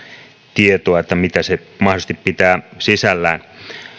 tietoa mitä se mahdollisesti pitää sisällään